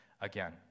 again